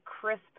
crisp